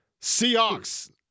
Seahawks